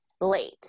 late